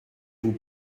vous